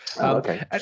okay